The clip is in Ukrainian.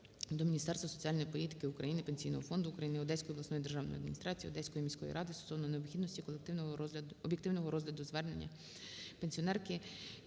до Міністерства соціальної політики України, Пенсійного фонду України, Одеської обласної державної адміністрації, Одеської міської ради стосовно необхідності об'єктивного розгляду звернення пенсіонеркиКирилішеної